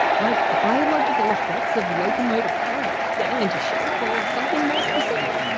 like biological effects of locomotor play getting into shape, or something more specific?